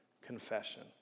confession